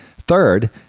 third